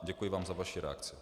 Děkuji vám za vaši reakci.